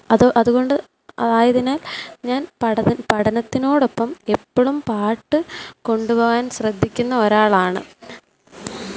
അതോ അതുകൊണ്ടു ആയതിനാൽ ഞാൻ പഠനം പഠനത്തിനോടൊപ്പം എപ്പോഴും പാട്ട് കൊണ്ടുപോകാൻ ശ്രദ്ധിക്കുന്ന ഒരാളാണ്